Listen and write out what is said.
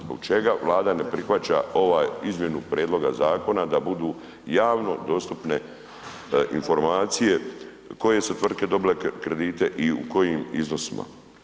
Zbog čega Vlada ne prihvaća ovaj izmjenu prijedloga zakona da budu javno dostupne informacije koje su tvrtke dobile kredite i u kojim iznosima.